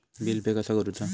Bill pay कसा करुचा?